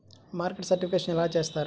Market certification ఎలా చేస్తారు?